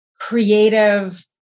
creative